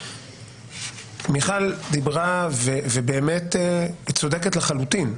מיכל דיברה והיא צודקת לחלוטין.